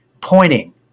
pointing